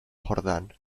jordán